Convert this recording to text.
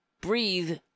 breathe